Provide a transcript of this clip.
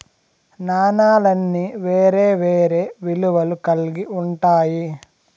నాణాలన్నీ వేరే వేరే విలువలు కల్గి ఉంటాయి